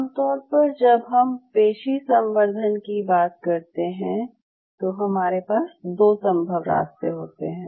आमतौर पर जब हम पेशी संवर्धन की बात करते हैं तो हमारे पास दो संभव रास्ते होते हैं